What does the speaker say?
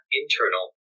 internal